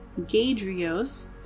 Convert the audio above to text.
Gadrios